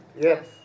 Yes